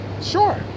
Sure